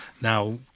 now